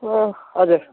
हजुर